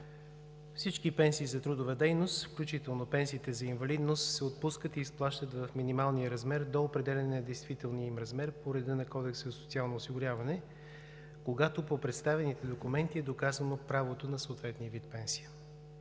всички пенсии за трудова дейност, включително пенсиите за инвалидност, се отпускат и изплащат в минималния размер до определяне на действителния им такъв по реда на Кодекса за социално осигуряване, когато по представените документи е доказано правото на съответния вид пенсия.